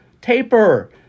taper